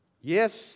Yes